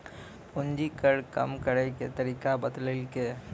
पूंजी कर कम करैय के तरीका बतैलकै